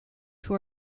who